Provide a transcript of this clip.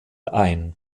ein